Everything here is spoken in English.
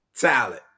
talent